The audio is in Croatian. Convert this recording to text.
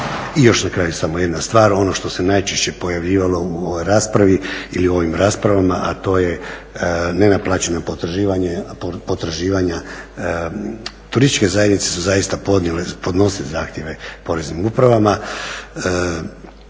I još na kraju samo jedna stvar, ono što se najčešće pojavljivalo u ovoj raspravi ili u ovim raspravama a to je nenaplaćena potraživanja. Turističke zajednice su zaista podnosile zahtjeve poreznim upravama.